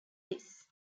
this